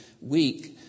week